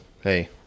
hey